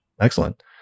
Excellent